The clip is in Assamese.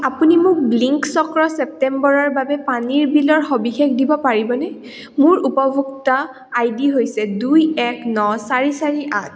আপুনি মোক বিলিং চক্ৰ ছেপ্টেম্বৰৰ বাবে পানীৰ বিলৰ সবিশেষ দিব পাৰিবনে মোৰ উপভোক্তা আই ডি হৈছে দুই এক ন চাৰি চাৰি আঠ